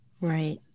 right